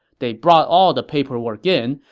they brought all the paperwork in,